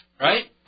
right